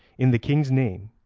in the king's name,